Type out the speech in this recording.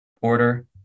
order